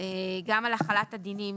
גם על החלת הדינים,